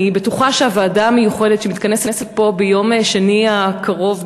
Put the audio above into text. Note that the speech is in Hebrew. אני בטוחה שהוועדה המיוחדת שמתכנסת פה ביום שני הקרוב,